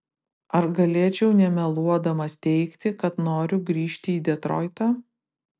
ar galėčiau nemeluodamas teigti kad noriu grįžti į detroitą